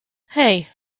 hey